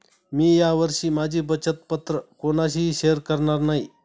मी या वर्षी माझी बचत पत्र कोणाशीही शेअर करणार नाही